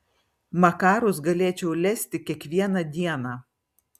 makarus galėčiau lesti kiekvieną dieną